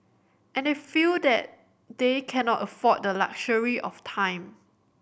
and they feel that they cannot afford the luxury of time